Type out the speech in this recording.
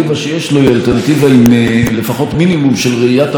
אלטרנטיבה עם לפחות מינימום של ראיית המציאות,